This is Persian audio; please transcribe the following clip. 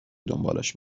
دنبالش